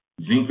Zinc